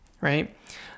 right